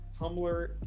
tumblr